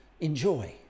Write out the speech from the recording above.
Enjoy